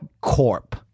Corp